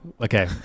Okay